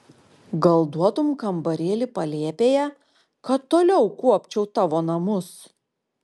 gal duotum kambarėlį palėpėje kad toliau kuopčiau tavo namus